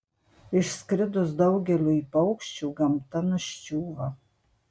išskridus daugeliui paukščių gamta nuščiūva